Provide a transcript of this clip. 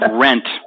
rent